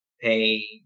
pay